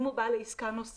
אם הוא בא לעסקה נוספת.